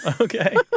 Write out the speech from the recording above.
okay